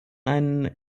einen